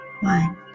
one